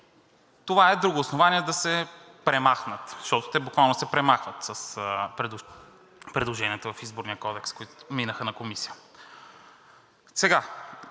това е друго основание да се премахнат, защото те буквално се премахват с предложенията в Изборния кодекс, които минаха на Комисия.